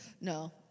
no